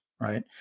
right